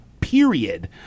period